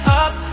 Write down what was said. up